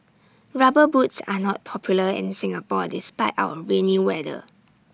rubber boots are not popular in Singapore despite our rainy weather